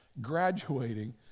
graduating